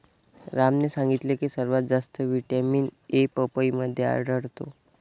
रामने सांगितले की सर्वात जास्त व्हिटॅमिन ए पपईमध्ये आढळतो